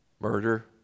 Murder